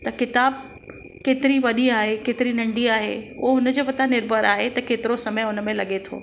त किताबु केतिरी वॾी आहे केतिरी नढी आहे हू हुनजे मथां निर्भर आहे त केतिरो समय हुन में लॻे थो